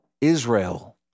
Israel